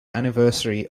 anniversary